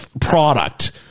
product